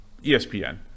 ESPN